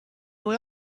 were